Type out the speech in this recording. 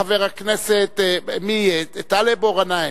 חבר הכנסת מסעוד גנאים.